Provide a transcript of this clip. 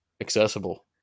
accessible